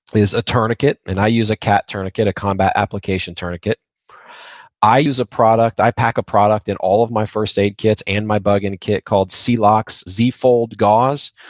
is a tourniquet. and i use a cat tourniquet, a combat application tourniquet i use a product, i pack a product in all of my first aid kits and my bug-in the kit called celox z-fold gauze,